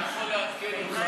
אני יכול לעדכן אותך,